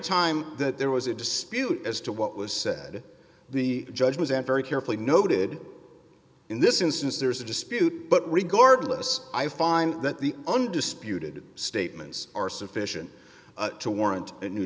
time that there was a dispute as to what was said the judge was and very carefully noted in this instance there is a dispute but regardless i find that the undisputed statements are sufficient to warrant a new